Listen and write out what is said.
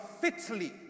fitly